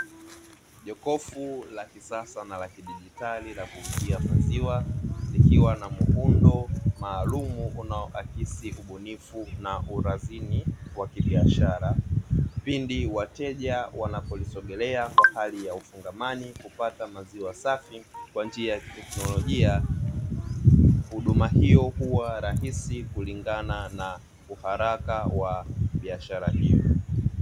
Jokofu la kisasa na la kidigitali la kuuzia maziwa likiwa na muundo maalumu unaoakisi ubunifu na uradhini wa kibiashara pindi wateja wanapolisogelea kwa hali ya ufungamani kupata maziwa safi kwa njia ya kiteknolojia. Huduma hiyo huwa rahisi kulingana na uharaka wa biashara hiyo.